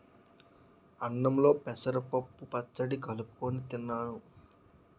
అన్నంలో పెసరపప్పు పచ్చడి కలుపుకొని తిన్నాను